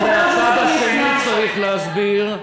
ומהצד השני צריך להסביר,